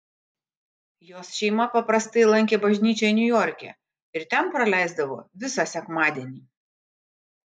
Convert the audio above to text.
jos šeima paprastai lankė bažnyčią niujorke ir ten praleisdavo visą sekmadienį